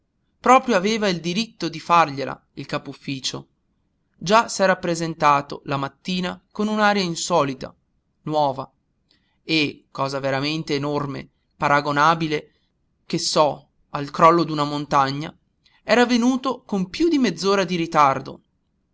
proprio aveva il diritto di fargliela il capo-ufficio già s'era presentato la mattina con un'aria insolita nuova e cosa veramente enorme paragonabile che so al crollo d'una montagna era venuto con più di mezz'ora di ritardo